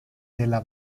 della